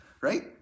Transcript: right